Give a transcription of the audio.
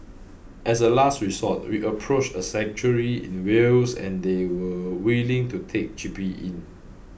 as a last resort we approached a sanctuary in Wales and they were willing to take Chippy in